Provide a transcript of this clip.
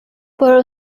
borrow